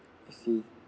I see